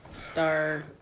Star